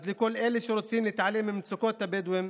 אז לכל אלה שרוצים להתעלם ממצוקות הבדואים,